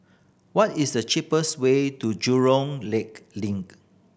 what is the cheapest way to Jurong Lake Link